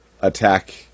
attack